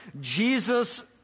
Jesus